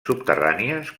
subterrànies